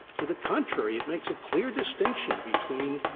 to the contrary, it makes a clear distinction between